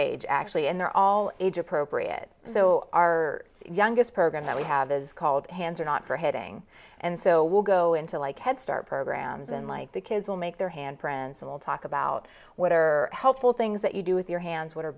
age actually and they're all age appropriate so our youngest program that we have is called hands are not for hitting and so will go into like head start programs in like the kids will make their hand friends and we'll talk about what are helpful things that you do with your hands what